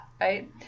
right